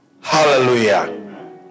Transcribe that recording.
Hallelujah